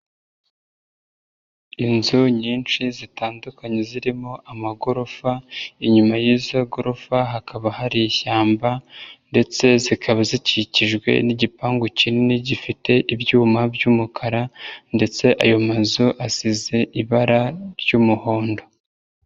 Inzu nyinshi zitandukanye zirimo amagorofa, inyuma y'izo gorofa hakaba hari ishyamba ndetse zikaba zikikijwe n'igipangu kinini gifite ibyuma by'umukara ndetse ayo mazu asize ibara ry'umuhondo.